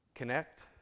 Connect